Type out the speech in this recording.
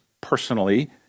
personally